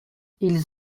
ils